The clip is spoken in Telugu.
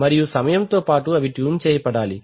మరియు సమయముతో పాటు అవి ట్యూన్ చేయబడాలి